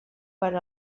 per